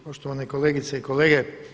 Poštovane kolegice i kolege.